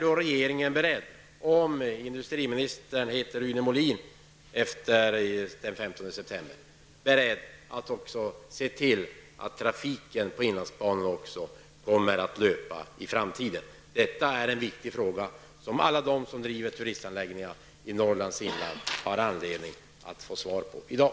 Är regeringen beredd -- om industriministern heter Rune Molin efter den 15 september -- att se till att trafiken på inlandsbanan kommer att löpa också i framtiden? Detta är en viktig fråga som alla de som driver turistanläggningar i Norrlands inland har anledning att få svar på i dag.